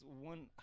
one